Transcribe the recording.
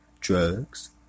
drugs